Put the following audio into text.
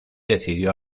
decidió